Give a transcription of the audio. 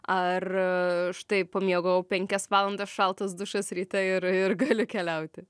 ar štai pamiegojau penkias valandas šaltas dušas ryte ir ir galiu keliauti